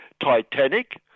Titanic